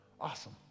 Awesome